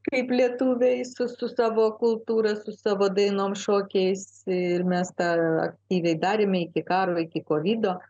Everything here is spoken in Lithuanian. kaip lietuviai su savo kultūra su savo dainom šokiais ir mes tą aktyviai darėme iki karo iki kovido